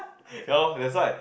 ya loh that's why